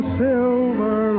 silver